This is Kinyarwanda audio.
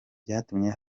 byatumye